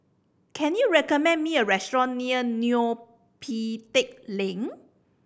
can you recommend me a restaurant near Neo Pee Teck Lane